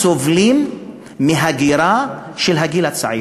סובלים מהגירה של הגיל הצעיר,